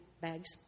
bags